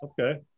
Okay